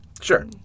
Sure